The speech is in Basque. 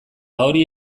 hori